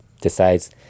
decides